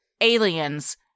aliens